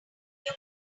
your